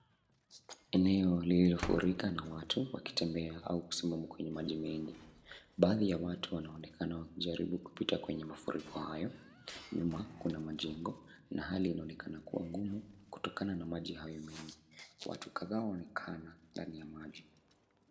Eneo lililofurika na watu wakitembea au kusimama kwenye maji mengi. Baadhi ya watu wanaonekana wakijaribu kupita kwenye mafuriko hayo. Nyuma kuna majengo na hali inaonekana kuwa ngumu kutokana na maji hayo mengi. Watu kadhaa huonekana ndani ya maji.